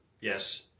Yes